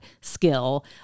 skill